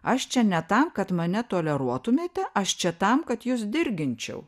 aš čia ne tam kad mane toleruotumėte aš čia tam kad jus dirginčiau